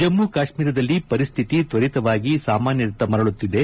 ಜಮ್ಲು ಕಾಶ್ಮೀರದಲ್ಲಿ ಪರಿಸ್ತಿತಿ ತ್ವರಿತವಾಗಿ ಸಾಮಾನ್ಯದತ್ತ ಮರಳುತ್ತಿದೆ